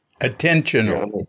Attentional